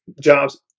jobs